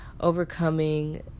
overcoming